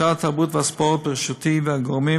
משרד התרבות והספורט בראשותי והגורמים